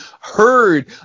heard